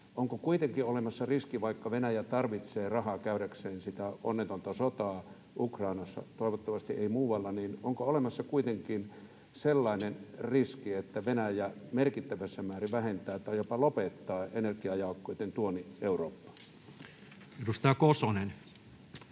ole hetken ratkaisuja. Vaikka Venäjä tarvitsee rahaa käydäkseen sitä onnetonta sotaa Ukrainassa — toivottavasti ei muualla — niin onko olemassa kuitenkin sellainen riski, että Venäjä merkittävässä määrin vähentää tai jopa lopettaa energiajakeiden tuonnin Eurooppaan? [Speech